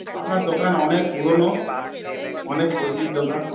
আপনার দোকান অনেক পুরনো অনেক পরিচিতি দোকান